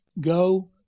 go